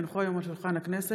כי הונחו היום על שולחן הכנסת,